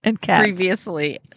previously